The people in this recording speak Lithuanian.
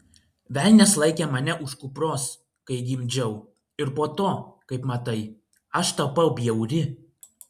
velnias laikė mane už kupros kai gimdžiau ir po to kaip matai aš tapau bjauri